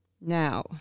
Now